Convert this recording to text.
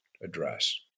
address